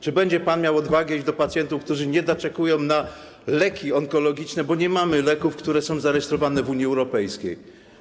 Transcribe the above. Czy będzie pan miał odwagę iść do pacjentów, którzy nie doczekują leków onkologicznych, bo nie mamy leków, które są zarejestrowane w Unii Europejskiej?